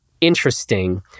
Interesting